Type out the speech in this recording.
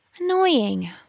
Annoying